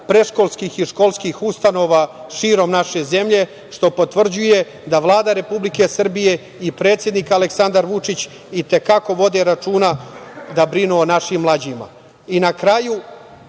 predškolskih i školskih ustanova širom naše zemlje, što potvrđuje da Vlada Republike Srbije i predsednik Aleksandar Vučić i te kako vode računa da brinu o našim mlađima.I